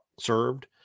served